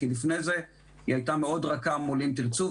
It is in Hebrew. אחרי שלפני זה היא הייתה מאוד רכה מול "אם תרצו".